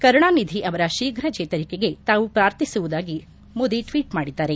ಕರುಣಾನಿಧಿ ಅವರ ಶೀಘ್ರ ಚೇತರಿಕೆಗೆ ತಾವು ಪ್ರಾರ್ಥಿಸುವುದಾಗಿ ಮೋದಿ ಟ್ವೀಟ್ ಮಾಡಿದ್ದಾರೆ